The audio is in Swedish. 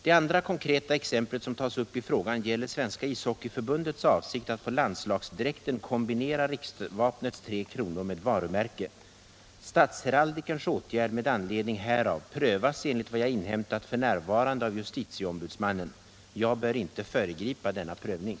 Det andra konkreta exemplet som tas upp i frågan gäller Svenska ishockeyförbundets avsikt att på landslagsdräkten kombinera riksvapnets tre kronor med varumärke. Statsheraldikerns åtgärd med anledning härav prövas enligt vad jag inhämtat f. n. av justitieombudsmannen. Jag bör inte föregripa denna prövning.